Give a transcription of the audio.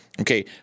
Okay